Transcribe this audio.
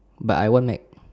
but I want Mac